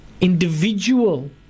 Individual